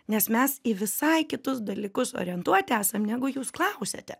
nes mes į visai kitus dalykus orientuoti esam negu jūs klausiate